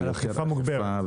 על אכיפה מוגברת.